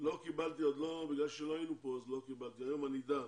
בגלל שלא היינו פה אז לא קיבלתי היום אני אדע